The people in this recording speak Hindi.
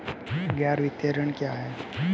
गैर वित्तीय ऋण क्या है?